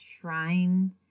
shrine